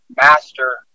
master